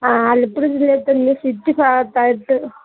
ആ ആലപ്പുഴ ജില്ലയിൽ തന്നെ സിറ്റി ഭാഗത്തായിട്ട്